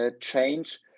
change